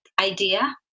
idea